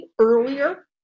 earlier